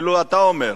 אפילו אתה אומר.